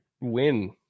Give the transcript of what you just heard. win